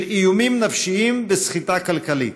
של איומים נפשיים וסחיטה כלכלית.